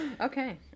Okay